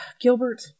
Gilbert